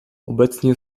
obecnie